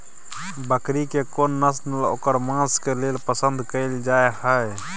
बकरी के कोन नस्ल ओकर मांस के लेल पसंद कैल जाय हय?